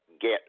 get